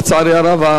לצערי הרב,